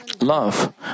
love